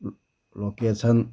location